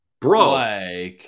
Bro